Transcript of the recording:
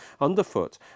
underfoot